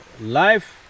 life